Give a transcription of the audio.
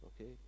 Okay